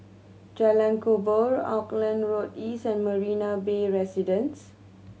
Jalan Kubor Auckland Road East and Marina Bay Residences